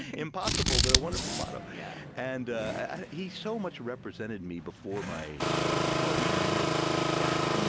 impossible, but a wonderful motto. yeah and ah he so much represented me before my i'll just call it my nervous breakdown.